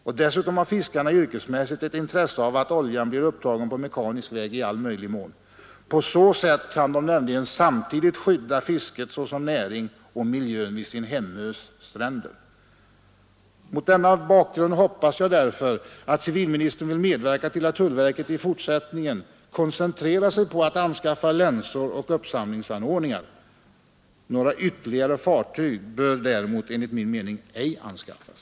Och dessutom har fiskarna yrkesmässigt ett intresse av att oljan blir upptagen på mekanisk väg i all möjlig mån. På så sätt kan de nämligen samtidigt skydda fisket såsom näring och miljön vid sin hemös stränder. Mot denna bakgrund hoppas jag därför, att civilministern vill medverka till att tullverket i fortsättningen koncentrerar sig på att anskaffa länsor och uppsamlingsanordningar. Några ytterligare fartyg bör däremot enligt min mening ej anskaffas.